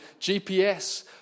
gps